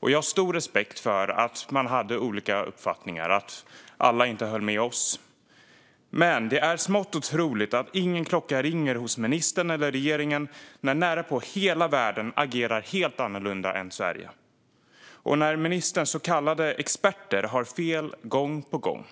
Jag har stor respekt för att man hade olika uppfattningar och att alla inte höll med oss. Men det är smått otroligt att ingen klocka ringer hos ministern eller regeringen när närapå hela världen agerar helt annorlunda än Sverige och när ministerns så kallade experter har fel gång på gång.